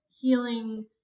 healing